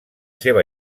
seva